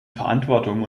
verantwortung